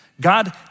God